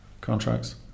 contracts